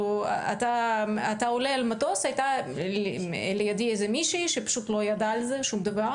כשעליתי על מטוס הייתה לידי מישהי ישראלית שפשוט לא ידעה על זה שום דבר,